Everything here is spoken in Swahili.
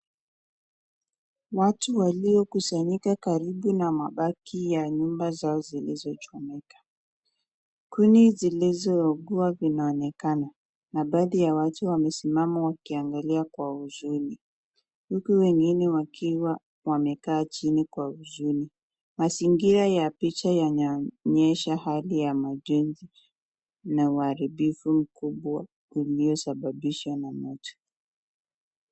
Watu walio kusanyika karibu na mabati ya nyumba zao zilizo chomeka. Kuni zilizo ugua zinaonekana. Na baadhi ya watu wamesimama wakiangalia kwa uzuni. Huku wengine wakiwa wamekaa chini kwa uzuni. Mazingira ya picha yanaonekana yameisha hali ya majenzi la uharibifu mkubwa iliyo sababishwa na maji.